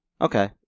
Okay